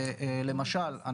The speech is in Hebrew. למשל,